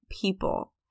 people